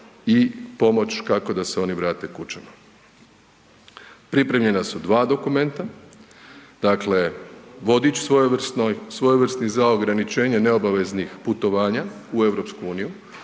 i pomoć kako da se oni vrate kućama. Pripremljena su dva dokumenta, dakle vodić svojevrsni za ograničenje neobaveznih putovanja u EU,